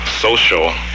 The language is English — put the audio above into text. social